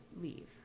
leave